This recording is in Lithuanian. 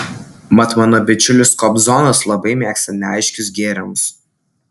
mat mano bičiulis kobzonas labai mėgsta neaiškius gėrimus